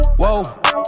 whoa